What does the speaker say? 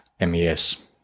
MES